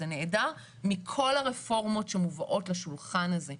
זה נעדר מכל הרפורמות שמובאות לשולחן הזה.